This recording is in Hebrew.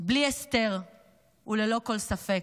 בלי הסתר וללא כל ספק.